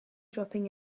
dropping